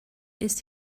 ist